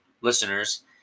listeners